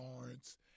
Lawrence